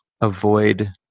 avoid